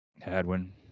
Hadwin